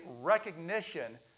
recognition